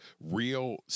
real